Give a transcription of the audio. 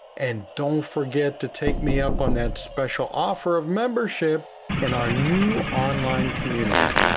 and don't forget to take me up on that special offer of membership in our new online community.